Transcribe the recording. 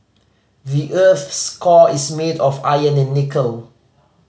the earth's core is made of iron and nickel